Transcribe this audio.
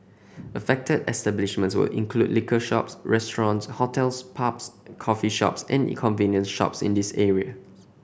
affected establishments will include liquor shops restaurants hotels pubs coffee shops and in convenience shops in these area